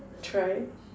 try